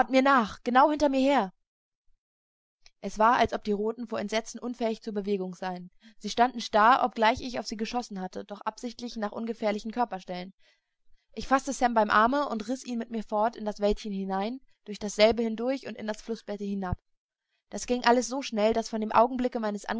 mir nach genau hinter mir her es war als ob die roten vor entsetzen unfähig zur bewegung seien sie standen starr obgleich ich auf sie geschossen hatte doch absichtlich nach ungefährlichen körperstellen ich faßte sam beim arme und riß ihn mit mir fort in das wäldchen hinein durch dasselbe hindurch und in das flußbette hinab das ging alles so schnell daß von dem augenblicke meines